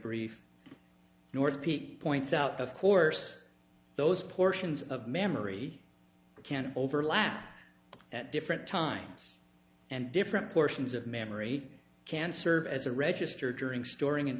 brief north pete points out of course those portions of memory can overlap at different times and different portions of memory can serve as a register during storing and